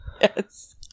Yes